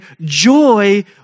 joy